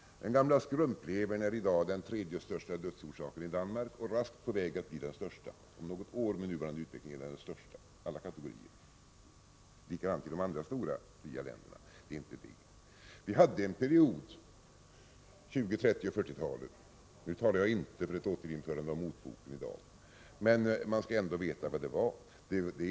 Den gamla skrumplevern är i dag den tredje största dödsorsaken i Danmark och raskt på väg att bli den allra största — med nuvarande utveckling är den om något år den största alla kategorier. Likadant är det i de andra stora länderna med en fri alkoholpolitik. Vi hade en problemperiod under 20-, 30 och 40-talen. Nu talar jag inte för ett återinförande av motboken, men man skall ändå veta vad det handlade om.